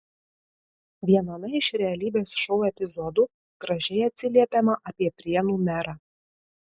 viename iš realybės šou epizodų gražiai atsiliepiama apie prienų merą